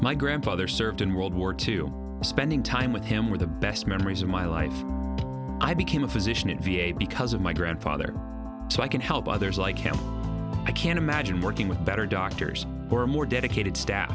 my grandfather served in world war two spending time with him were the best memories of my life i became a physician in v a because of my grandfather so i can help others like him i can't imagine working with better doctors or more dedicated staff